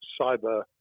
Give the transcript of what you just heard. cyber